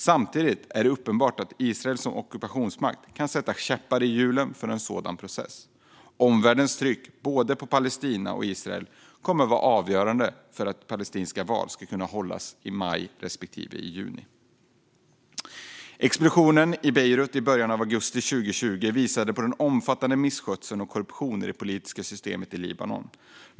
Samtidigt är det uppenbart att Israel som ockupationsmakt kan sätta käppar i hjulen för en sådan process. Omvärldens tryck på både Palestina och Israel kommer att vara avgörande för att palestinska val ska kunna hållas i maj respektive juni. Explosionen i Beirut i början av augusti 2020 visade på den omfattande misskötseln och korruptionen i det politiska systemet i Libanon.